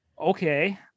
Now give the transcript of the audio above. Okay